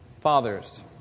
Fathers